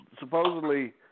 supposedly